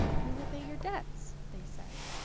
we will pay your debts, they said.